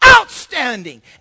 outstanding